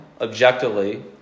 objectively